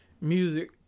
music